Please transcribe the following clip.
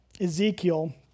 Ezekiel